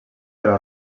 però